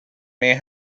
may